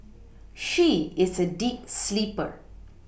she is a deep sleeper